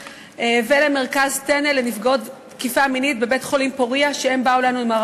ולמרכז "טנא" לנפגעות תקיפה מינית בבית-החולים "פורייה",